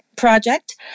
Project